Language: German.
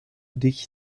dich